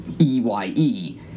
E-Y-E